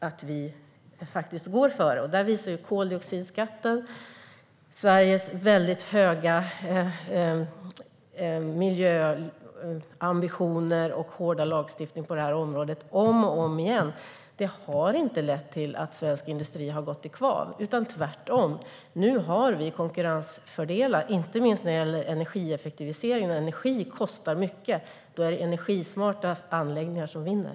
Det har visat sig om och om igen att koldioxidskatten, Sveriges höga miljöambitioner och hårda lagstiftning på området inte har lett till att svensk industri har gått i kvav - tvärtom. Nu har vi konkurrensfördelar, inte minst när det gäller energieffektivisering. När energi kostar mycket är det energismarta anläggningar som vinner.